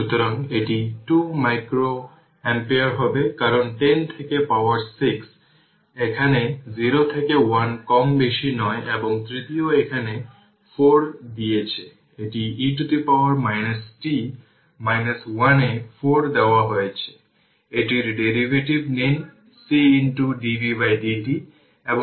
সুতরাং এটি 2 micro ampere হবে কারণ 10 থেকে পাওয়ার 6 এখানে 0 থেকে 1 কম বেশি নয় এবং তৃতীয়টি এখানে 4 দিয়েছে এটি e t 1 এ 4 দেওয়া হয়েছে এটির ডেরিভেটিভ নিন C dvdt